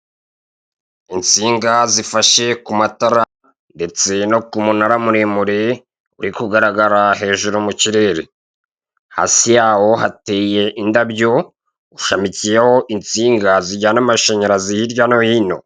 Insinga zifashe ku matara ndetse no ku munara muremure uri kugaragara hejuru mu kirere, hasi yawo hateye indabyo, ushamikiyeho insinga zijyana amashanyarazi hirya no hino.